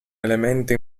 elemento